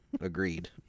Agreed